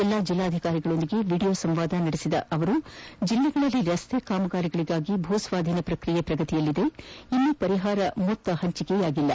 ಎಲ್ಲ ಜೆಲ್ಲಾಧಿಕಾರಿಗಳೊಡನೆ ವಿಡಿಯೋ ಸಂವಾದ ನಡೆಸಿ ಮಾತನಾಡಿದ ಅವರು ಜೆಲ್ಲೆಗಳಲ್ಲಿ ರಸ್ತೆ ಕಾಮಗಾರಿಗಳಿಗಾಗಿ ಭೂಸ್ವಾಧೀನ ಪ್ರಕ್ರಿಯೆ ಪ್ರಗತಿಯಲ್ಲಿದ್ದು ಇನ್ನೂ ಪರಿಹಾರ ಧನ ಪಂಚಿಕೆ ಆಗಿಲ್ಲ